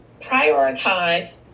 prioritize